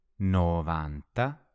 Novanta